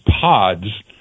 pods